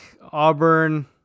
Auburn